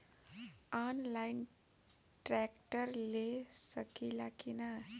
Online tractor ले सकीला कि न?